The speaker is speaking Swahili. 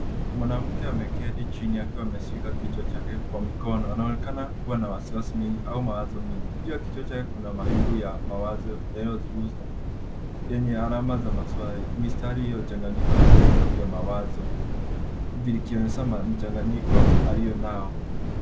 Mwanamke ameketi chini akiwa ameshika kichwa chake kwa mikono. Anaonekana kua na wasiwasi mwingi au mawazo mingi. Juu ya kichwa chake kuna mawingu ya mawazo yanayoziuza yenye alama za maswali mistari ya kuchanganyikiwa na vifundo vya mawazo, vikionyesha mchanganyiko alionao.